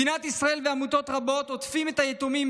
מדינת ישראל ועמותות רבות עוטפים את היתומים